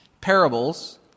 parables